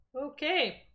Okay